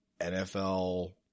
NFL